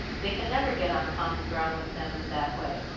they can never get on common ground with them in that way,